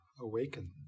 awaken